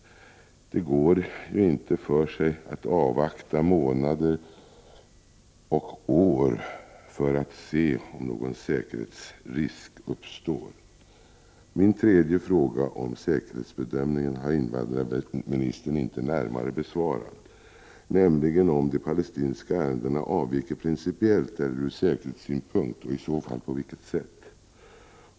Det går inte för sig att avvakta månader och år för att se om någon säkerhetsrisk uppstår. Min tredje fråga om säkerhetsbedömningen har invandrarministern inte närmare besvarat, nämligen om de palestinska ärendena avviker principiellt eller ur säkerhetssynpunkt, och i så fall på vilket sätt.